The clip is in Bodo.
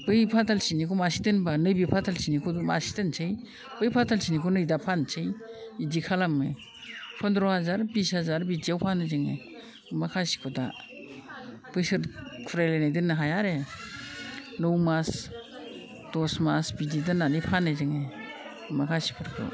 बै फाथालसेनिखौ मासे दोनबानो बे फाथालसेनिखौ मासे दोनसै बै फाथालसेनिखौ नै दा फानसै इदि खालामो पन्द्र' हाजार बिस हाजार बिदियाव फानो जोङो माखासेखौ दा बोसोर घुरायलायनाय दोननो हाया आरो नौ मास दस मास बिदि दोननानै फानो जोङो माखासेखौ